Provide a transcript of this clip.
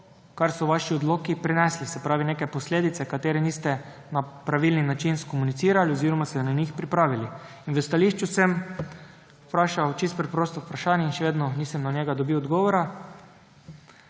kar so vaši odloki prinesli, se pravi neke posledice, ki jih niste na pravilen način skomunicirali oziroma se na njih pripravili. In v stališču sem vprašal čisto preprosto vprašanje in še vedno nisem na njega dobil odgovora.